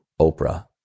Oprah